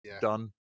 Done